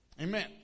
Amen